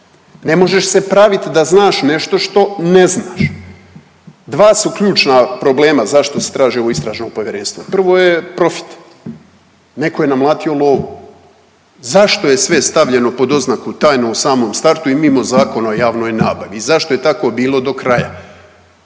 ne možeš se praviti da znaš nešto što ne znaš. Dva su ključna problema zašto se traži ovo istražno povjerenstvo. Prvo je profit, neko je namlatio lovu, zašto je sve stavljeno pod oznaku tajno u samom startu i mimo Zakona o javnoj nabavi i zašto je tako bilo do kraja?